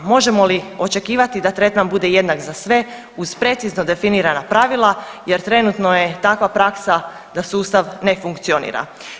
Možemo li očekivati da tretman bude jednak za sve uz precizno definirana pravila jer trenutno je takva praksa da sustav ne funkcionira?